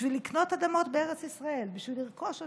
בשביל לקנות אדמות בארץ ישראל, בשביל לרכוש אותן.